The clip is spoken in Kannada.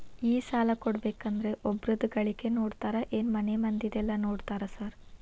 ಈ ಸಾಲ ಕೊಡ್ಬೇಕಂದ್ರೆ ಒಬ್ರದ ಗಳಿಕೆ ನೋಡ್ತೇರಾ ಏನ್ ಮನೆ ಮಂದಿದೆಲ್ಲ ನೋಡ್ತೇರಾ ಸಾರ್?